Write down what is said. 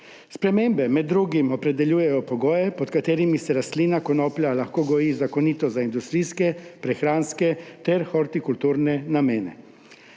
Spremembe med drugim opredeljujejo pogoje, pod katerimi se rastlina konoplja lahko goji zakonito za industrijske, prehranske ter hortikulturne namene.